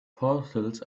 portals